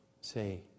say